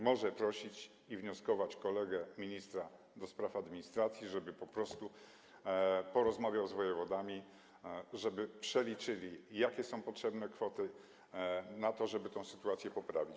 Może prosić i wnioskować do kolegi ministra do spraw administracji, żeby po prostu porozmawiał z wojewodami, żeby przeliczyli, jakie kwoty są potrzebne na to, żeby tę sytuację poprawić.